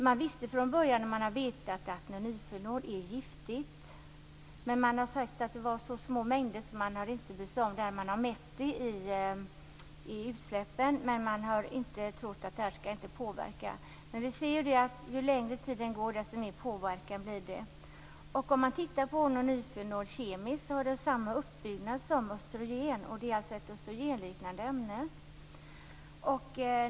Man visste från början att nonylfenol är giftigt. Men man har sagt att det var så små mängder att man inte har brytt sig om dem när man har mätt utsläppen. Man har inte trott att de skulle påverka. Men vi ser ju att ju längre tiden går, desto mer påverkan blir det. Om man tittar på nonylfenol kemiskt ser man att den har samma uppbyggnad som östrogen. Det är alltså ett östrogenliknande ämne.